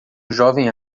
jovem